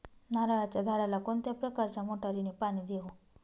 नारळाच्या झाडाला कोणत्या प्रकारच्या मोटारीने पाणी देऊ?